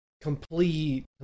complete